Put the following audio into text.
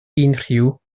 unrhyw